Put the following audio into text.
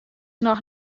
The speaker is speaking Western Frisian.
noch